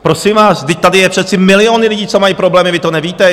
Prosím vás, vždyť tady jsou přece miliony lidí, co mají problémy, vy to nevíte?